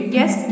Yes